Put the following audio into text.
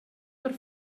per